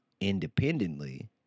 independently